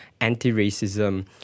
anti-racism